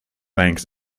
banks